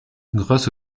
grâce